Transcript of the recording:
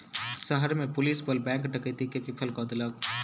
शहर में पुलिस बल बैंक डकैती के विफल कय देलक